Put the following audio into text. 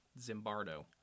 Zimbardo